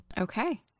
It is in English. Okay